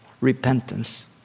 repentance